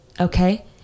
okay